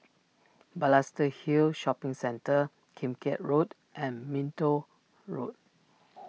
Balestier Hill Shopping Centre Kim Keat Road and Minto Road